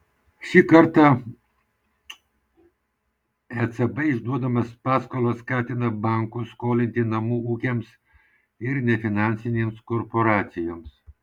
šį kartą ecb išduodamas paskolas skatina bankus skolinti namų ūkiams ir nefinansinėms korporacijoms